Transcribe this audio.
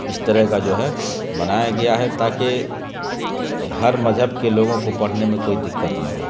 اس طرح کا جو ہے بنایا گیا ہے تاکہ ہر مذہب کے لوگوں کو پرھنے میں کوئی دقت نہ ہو